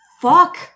Fuck